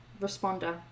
responder